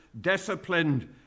disciplined